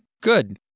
good